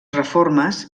reformes